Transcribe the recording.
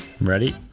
Ready